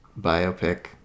biopic